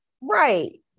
Right